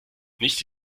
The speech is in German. nicht